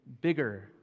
bigger